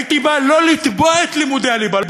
הייתי בא לא לתבוע את לימודי הליבה,